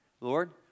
Lord